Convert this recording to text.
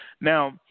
Now